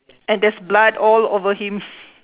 and there's blood all over him